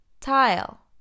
Tile